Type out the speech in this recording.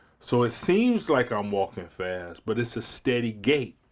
so it seems like i'm walking fast, but it's a steady gait.